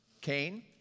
Cain